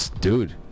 Dude